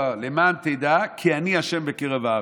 "למען תדע כי אני ה' בקרב הארץ"